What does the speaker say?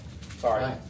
Sorry